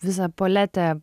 visą paletę